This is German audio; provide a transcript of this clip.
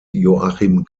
joachim